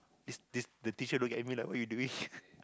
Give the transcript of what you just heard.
it's this the teacher look at me like what you doing